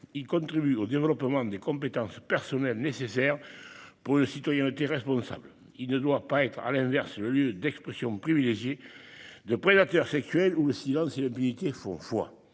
il contribue au développement des compétences personnelles nécessaires pour le citoyen était responsable. Il ne doit pas être, à l'inverse, le lieu d'expression privilégié. De prédateur sexuel ou sinon si le communiqué font foi.